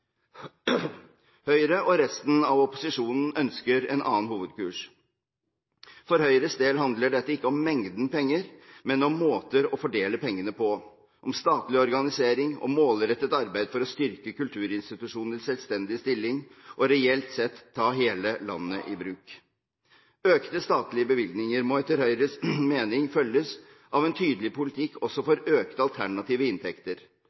Høyre og resten av opposisjonen ønsker en annen hovedkurs. For Høyres del handler dette ikke om mengden penger, men om måter å fordele pengene på, om statlig organisering, om målrettet arbeid for å styrke kulturinstitusjonenes selvstendige stilling og reelt sett om å ta hele landet i bruk. Økte statlige bevilgninger må etter Høyres mening følges av en tydelig politikk også for økte alternative inntekter